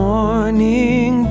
Morning